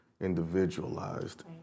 individualized